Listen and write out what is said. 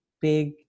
big